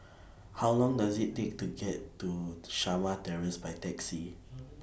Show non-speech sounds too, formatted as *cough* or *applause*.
How Long Does IT Take to get to Shamah Terrace By Taxi *noise*